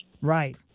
Right